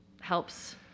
helps